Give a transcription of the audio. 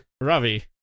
Ravi